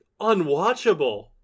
unwatchable